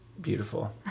beautiful